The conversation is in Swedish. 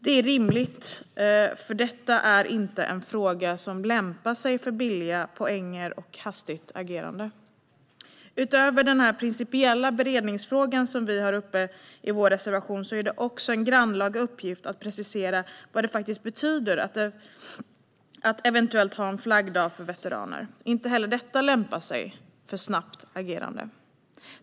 Det är rimligt, för detta är inte en fråga som lämpar sig för billiga poänger och hastigt agerande. Utöver den principiella beredningsfråga som vi har uppe i vår reservation är det också en grannlaga uppgift att precisera vad det faktiskt betyder att eventuellt ha en flaggdag för veteraner. Inte heller detta lämpar sig för ett snabbt agerande.